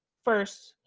first,